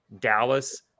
Dallas